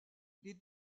les